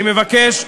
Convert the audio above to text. אני מבקש,